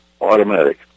Automatic